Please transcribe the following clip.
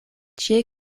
ĉie